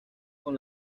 con